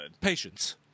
Patience